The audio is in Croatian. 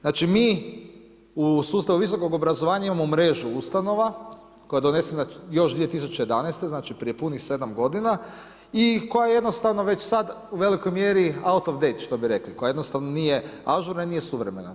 Znači mi u sustavu visokog obrazovanja imamo mrežu ustanova koja je donesena još 2011. znači prije punih sedam godina i koja jednostavno već sad u velikoj mjeri … /Govornik govori engleski./ … što bi rekli, koja jednostavno nije ažurna i nije suvremena.